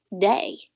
day